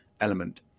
element